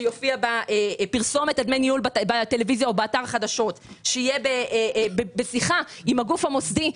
שיופיע בפרסומת בטלוויזיה או באתר החדשות ושיהיה בשיחה עם הגוף המוסדי.